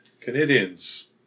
Canadians